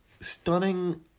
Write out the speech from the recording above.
stunning